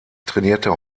trainierte